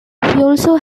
also